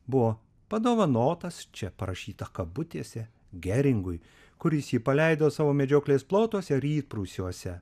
buvo padovanotas čia parašyta kabutėse geringui kuris jį paleido savo medžioklės plotuose rytprūsiuose